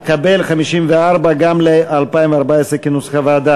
סעיף 54, רשויות פיקוח,